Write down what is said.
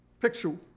Picture